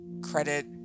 credit